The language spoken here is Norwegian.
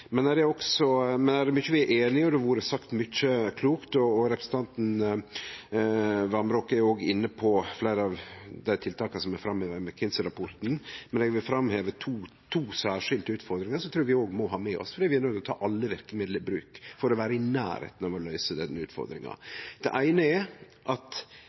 er einige i, og det har vore sagt mykje klokt. Representanten Vamraak var inne på fleire av tiltaka som er framheva i McKinsey-rapporten, men eg vil framheve to særskilte utfordringar som eg trur vi òg må ha med oss, for vi er nøydde til å ta alle verkemiddel i bruk for å vere i nærleiken av å løyse denne utfordringa. Den eine er at